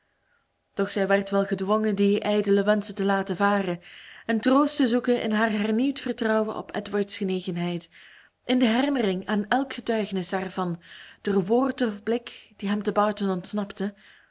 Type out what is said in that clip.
doch zij werd wel gedwongen die ijdele wenschen te laten varen en troost te zoeken in haar hernieuwd vertrouwen op edward's genegenheid in de herinnering aan elk getuigenis daarvan door woord of blik die hem te barton ontsnapten